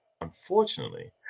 Unfortunately